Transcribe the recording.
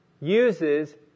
uses